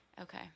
Okay